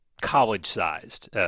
college-sized